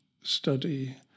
study